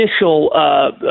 initial